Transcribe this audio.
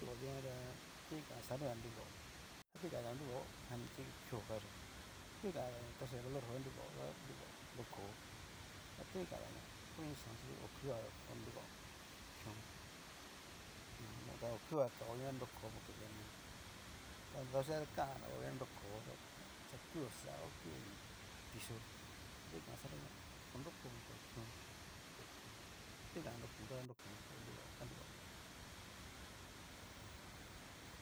Na kio dikuanta. toni kan santo ña nruvao, ta tó ni janyá ho nruvo jan ní chí kiuu kayá, ta nona ni kanyá tachia valor xo na nruvao. nruvao nrokó, ta toná nikanyá yo ni xaon chí okuga nruvaon kión, nimodo ta okuga kao na nroko por que ya nó davaxhi ta kanja veo na nroko pero xa kuu xao xa kuu dinio tiyio to ni kan santo ña orokogon pus kión, por que kión ta tona ni kanyá nrokon toda nrokon por que nruvaon ta nruvaon.